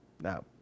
Now